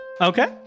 Okay